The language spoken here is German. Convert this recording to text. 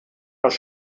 als